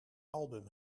album